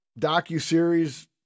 docuseries